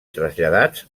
traslladats